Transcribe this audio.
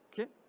Okay